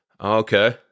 okay